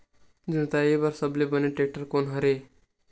जोताई बर सबले बने टेक्टर कोन हरे?